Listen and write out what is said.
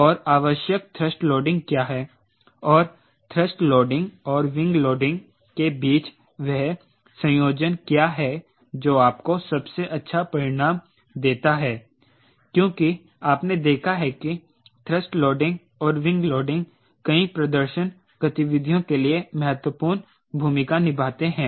और आवश्यक thrust loading क्या है और थ्रस्ट लोडिंग और विंग लोडिंग के बीच वह संयोजन क्या है जो आपको सबसे अच्छा परिणाम देता है क्योंकि आपने देखा है कि थ्रस्ट लोडिंग और विंग लोडिंग कई प्रदर्शन गतिविधियों के लिए महत्वपूर्ण भूमिका निभाते हैं